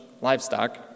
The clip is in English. livestock